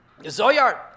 Zoyar